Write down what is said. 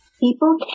people